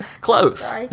Close